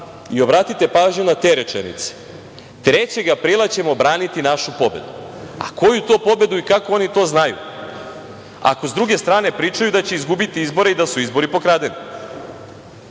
i obratite pažnju na te rečenice – 3. aprila ćemo braniti našu pobedu. A koju to pobedu i kako oni to znaju, ako s druge strane pričaju da će izgubiti izbore i da su izbori pokradeni? Ono